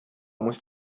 muss